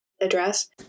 address